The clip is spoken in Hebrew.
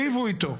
חברי הכנסת,